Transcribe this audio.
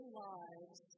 lives